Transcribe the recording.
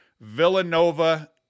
Villanova